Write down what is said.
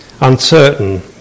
uncertain